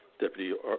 Deputy